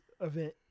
event